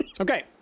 Okay